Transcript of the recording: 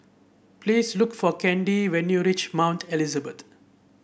please look for Candi when you reach Mount Elizabeth